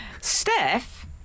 Steph